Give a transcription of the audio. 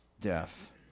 death